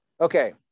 Okay